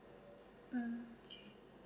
mm